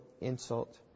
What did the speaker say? insult